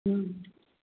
હમ